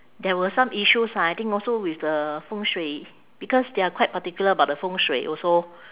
there were some issues ah I think also with the fengshui because they are quite particular about the fengshui also